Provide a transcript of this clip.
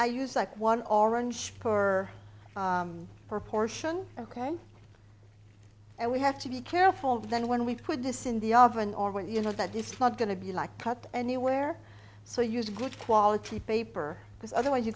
i use like one already or proportion ok and we have to be careful then when we put this in the oven or when you know that it's not going to be like cut anywhere so use good quality paper because otherwise you're